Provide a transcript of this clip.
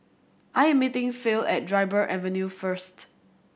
I am meeting Phil at Dryburgh Avenue first